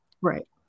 right